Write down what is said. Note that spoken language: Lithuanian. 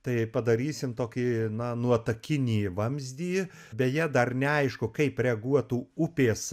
tai padarysim tokį na nuotakinį vamzdį beje dar neaišku kaip reaguotų upės